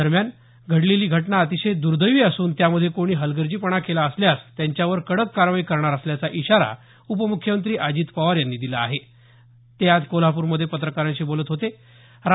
दरम्यान घडलेली घटना अतिशय दुर्दैवी असून त्यामध्ये कोणी हलगर्जीपणा केला असल्यास त्यांच्यावर कडक कारवाई करणार असल्याचा इशारा उपम्ख्यमंत्री अजित पवार यांनी आज कोल्हाप्रमधे पत्रकारांशी बोलताना दिला